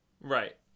Right